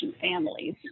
families